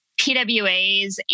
PWAs